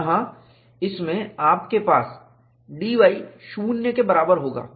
यहां इसमें आपके पास dy शून्य के बराबर होगा